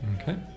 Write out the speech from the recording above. okay